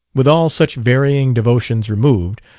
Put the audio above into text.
with all such varying devotions removed,